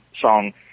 song